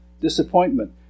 disappointment